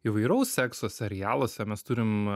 įvairaus sekso serialuose mes turim